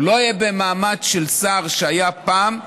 הוא לא יהיה במעמד של שר, כמו שהיה פעם,